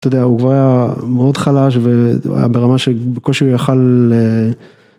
‫אתה יודע, הוא כבר היה מאוד חלש ‫והיה ברמה שבקושי הוא יכל...